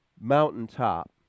mountaintop